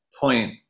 point